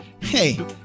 Hey